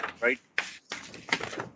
right